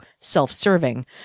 self-serving